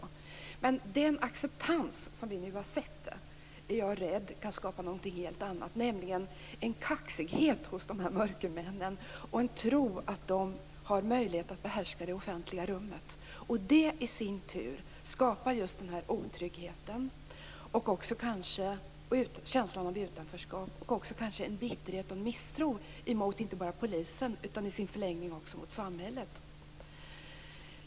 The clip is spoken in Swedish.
Jag är emellertid rädd för att den acceptans som vi nu har sett kan skapa något helt annat, nämligen en kaxighet och tro hos dessa mörkermän att de har möjlighet att behärska det offentliga rummet. Det i sin tur skapar just denna otrygghet och känsla av utanförskap och kanske även en bitterhet och misstro mot inte bara polisen utan i en förlängning även mot samhället.